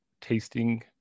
tasting